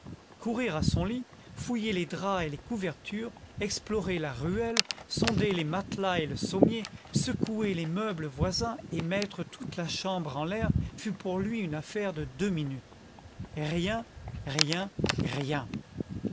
courir à son lit fouiller les draps et les couver tures explorer la ruelle sonder les matelas et le sommier secouer les meubles voisins et mettre toute la chambre en l'air fut pour lui une affaire de deux minutes rien rien rien